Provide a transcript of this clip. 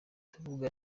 ndavuga